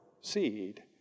seed